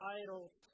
idols